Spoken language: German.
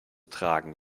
tragen